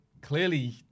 clearly